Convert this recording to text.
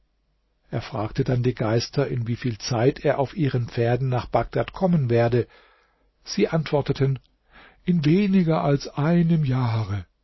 er fragte dann die geister in wieviel zeit er auf ihren pferden nach bagdad kommen werde sie antworteten in weniger als einem jahre